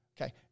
Okay